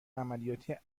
عملیاتی